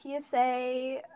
PSA